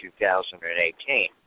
2018